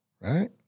Right